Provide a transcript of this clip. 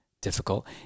difficult